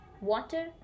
Water